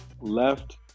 left